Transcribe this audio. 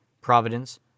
providence